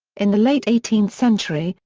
in the late eighteenth century,